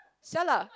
sia lah